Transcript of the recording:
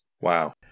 Wow